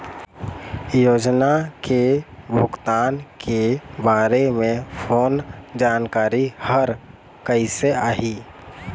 योजना के भुगतान के बारे मे फोन जानकारी हर कइसे आही?